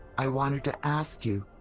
i wanted to ask you.